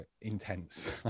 intense